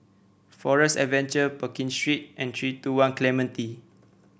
Forest Adventure Pekin Street and three two One Clementi